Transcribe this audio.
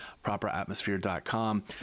Properatmosphere.com